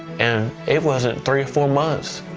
and it wasn't three or four months,